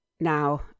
Now